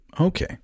Okay